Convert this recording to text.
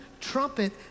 trumpet